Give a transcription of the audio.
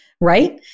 right